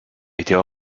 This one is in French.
était